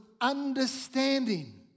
understanding